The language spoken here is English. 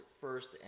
first